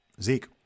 Zeke